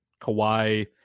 Kawhi